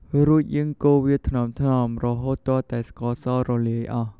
រួចយើងកូរវាថ្នមៗរហូតទាល់តែស្ករសរលាយអស់។